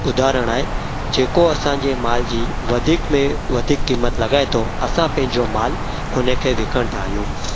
उदाहरण आहे जेको असांजे माल जी वधीक में वधीक क़ीमत लॻाए थो असां पंहिंजो मालु हुन खे विकिणंदा आहियूं